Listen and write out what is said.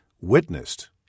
witnessed